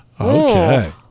Okay